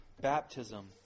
baptism